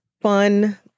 fun